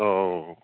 औ औ औ